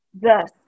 Thus